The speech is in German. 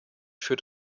führt